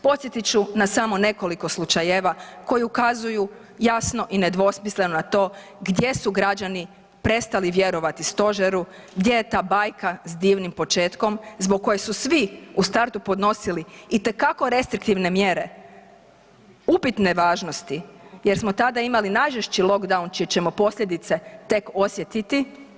Podsjetit ću na samo nekoliko slučajeva koji ukazuju jasno i nedvosmisleno to gdje su građani prestali vjerovati stožeru, gdje je ta bajka s divnim početkom zbog koje su svi u startu podnosili itekako restriktivne mjere upitne važnosti jer smo tada imali najžešći lockdown čije ćemo posljedice tek osjetiti.